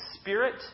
spirit